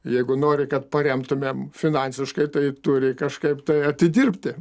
jeigu nori kad paremtumėm finansiškai tai turi kažkaip tai atidirbti